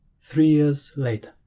three years later